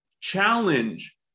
challenge